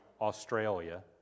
Australia